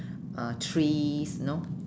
uh trees you know